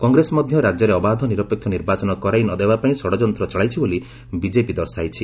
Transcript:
କଂଗ୍ରେସ ମଧ୍ୟ ରାଜ୍ୟରେ ଅବାଧ ନିରପେକ୍ଷ ନିର୍ବାଚନ କରାଇ ନଦେବା ପାଇଁ ଷଡ଼ଯନ୍ତ୍ର ଚଳାଇଛି ବୋଲି ବିଜେପି ଦର୍ଶାଇଛି